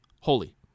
holy